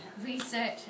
research